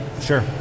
Sure